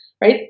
right